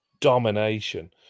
domination